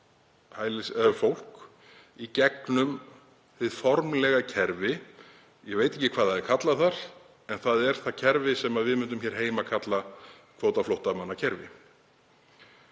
í gegnum hið formlega kerfi. Ég veit ekki hvað það er kallað þar en það er það kerfi sem við myndum kalla kvótaflóttamannakerfi